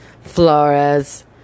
Flores